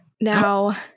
Now